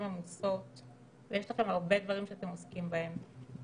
עמוסות ושיש לכם הרבה דברים שאתם עוסקים בהם.